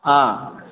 ಹಾಂ